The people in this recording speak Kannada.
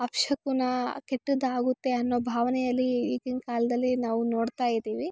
ಅಪಶಕುನ ಕೆಟ್ಟದ್ದಾಗುತ್ತೆ ಅನ್ನೋ ಭಾವನೆಯಲ್ಲಿ ಈಗಿನ ಕಾಲದಲ್ಲಿ ನಾವು ನೋಡ್ತಾ ಇದೀವಿ